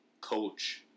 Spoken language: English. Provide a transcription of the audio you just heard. coach